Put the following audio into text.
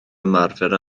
ymarfer